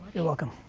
you're welcome.